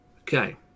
Okay